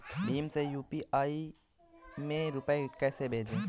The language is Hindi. भीम से यू.पी.आई में रूपए कैसे भेजें?